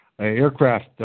aircraft